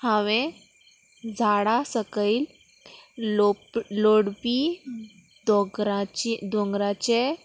हांवें झाडां सकयल लोप लोडपी दोंगराची दोंगराचे